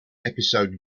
episode